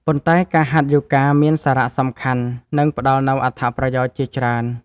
ប៉ុន្តែការហាត់យូហ្គា មានសារៈសំខាន់ និងផ្ដល់នូវអត្ថប្រយោជន៍ជាច្រើន។